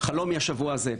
חלום מהשבוע הזה,